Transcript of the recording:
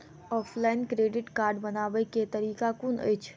Offline credit card बनाबै केँ तरीका केँ कुन अछि?